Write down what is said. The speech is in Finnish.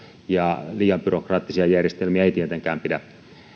ja liian byrokraattisia järjestelmiä ei tietenkään pidä